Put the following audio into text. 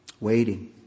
Waiting